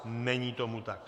Není tomu tak.